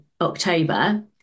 October